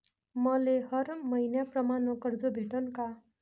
मले हर मईन्याप्रमाणं कर्ज भेटन का?